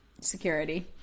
security